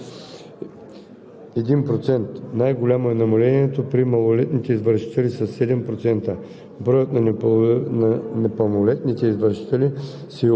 малолетните под 14 години са 3,4 %. В сравнение с 2018 г. общият брой на установените извършители е намалял с